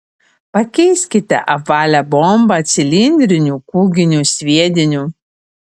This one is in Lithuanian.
pakeiskite apvalią bombą cilindriniu kūginiu sviediniu